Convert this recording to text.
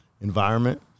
environment